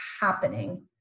happening